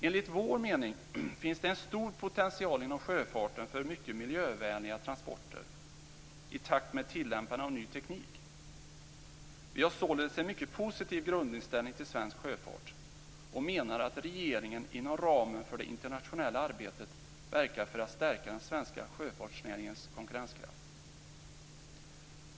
Enligt vår mening finns det en stor potential inom sjöfarten för mycket miljövänliga transporter, i takt med tillämpande av ny teknik. Vi har således en mycket positiv grundinställning till svensk sjöfart och menar att regeringen inom ramen för det internationella arbetet bör verka för att stärka den svenska sjöfartsnäringens konkurrenskraft.